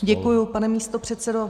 Děkuju, pane místopředsedo.